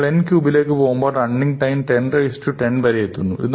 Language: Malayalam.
നമ്മൾ n ക്യൂബിലേക് പോകുമ്പോൾ റണ്ണിങ് ടൈം 1010 വരെ എത്തുന്നു